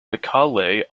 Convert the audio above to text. macaulay